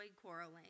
quarreling